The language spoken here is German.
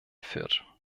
führt